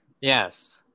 Yes